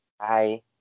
Hi